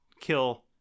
kill